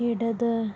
ഇടത്